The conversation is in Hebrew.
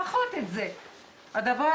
הדבר